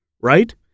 Right